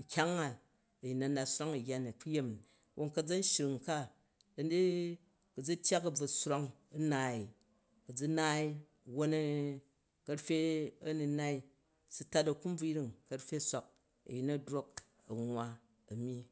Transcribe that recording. Nkyang a, a̱ yin na̱na swrang, a̱ yya ni, nayemi wwon ka̱zanshring ka da̱ ni du̱ ku̱ zu̱ tyak a̱ lovo swrang u naai, lu zu̱ naai, wwon karfe anu̱nai. Su̱ tat a̱kumbvuyring. Ka̱rfe swak ayin a̱ trou a nwwa a̱ myyi.